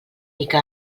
mica